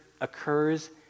occurs